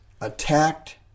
attacked